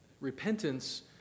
Repentance